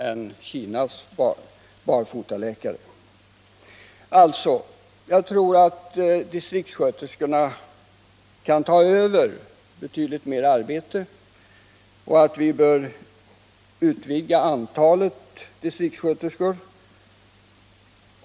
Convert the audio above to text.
Jag tror alltså att distriktssköterskorna skulle kunna ta över betydligt mer av läkarnas arbete, och vi bör därför öka antalet distriktssköterskor.